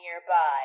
nearby